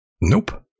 Nope